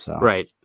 Right